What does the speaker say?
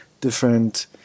different